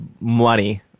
money